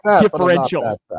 differential